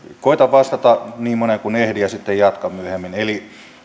koetan vastata niin moneen kuin ehdin ja sitten jatkan myöhemmin eli